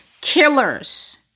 killers